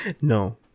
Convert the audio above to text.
No